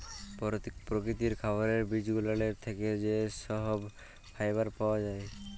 পরকিতির খাবারের বিজগুলানের থ্যাকে যা সহব ফাইবার পাওয়া জায়